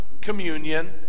communion